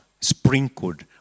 sprinkled